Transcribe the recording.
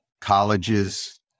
colleges